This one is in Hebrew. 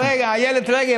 אה, רגע, איילת רגב.